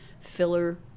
filler